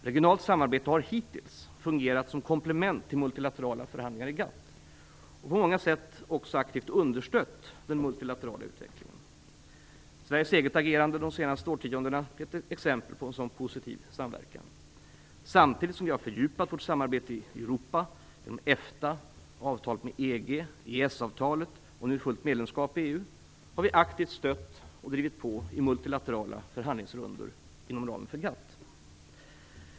Regionalt samarbete har hittills fungerat som komplement till multilaterala förhandlingar i GATT, och på många sett också aktivt understött den multilaterala utvecklingen. Sveriges eget agerande under de senaste årtiondena är ett exempel på en sådan positiv samverkan. Samtidigt som vi har fördjupat vårt samarbete i Europa genom EFTA, avtalet med EG, EES-avtalet och nu fullt medlemskap i EU har vi aktivt stött och drivit på i multilaterala förhandlingsrundor inom ramen för GATT.